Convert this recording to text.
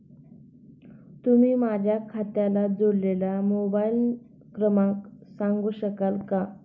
तुम्ही माझ्या खात्याला जोडलेला मोबाइल क्रमांक सांगू शकाल का?